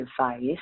advice